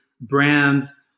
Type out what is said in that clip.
brands